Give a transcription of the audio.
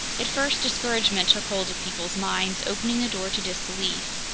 at first, discouragement took hold of people's minds, opening the door to disbelief.